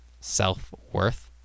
self-worth